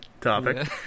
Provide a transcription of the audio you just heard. topic